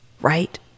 Right